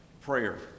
prayer